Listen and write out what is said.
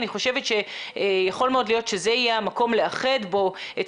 אני חושבת שיכול מאוד להיות שזה יהיה המקום לאחד בו את